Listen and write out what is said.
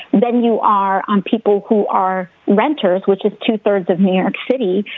then you are on people who are renters, which is two thirds of new york city.